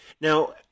Now